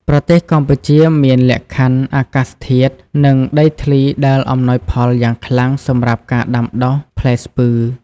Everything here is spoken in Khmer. ប្រទេសកម្ពុជាមានលក្ខខណ្ឌអាកាសធាតុ និងដីធ្លីដែលអំណោយផលយ៉ាងខ្លាំងសម្រាប់ការដាំដុះផ្លែស្ពឺ។